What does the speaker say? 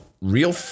real